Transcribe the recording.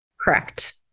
Correct